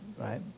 right